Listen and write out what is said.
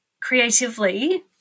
creatively